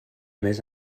mes